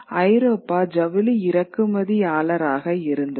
ஐரோப்பா ஜவுளி இறக்குமதியாளராக இருந்தது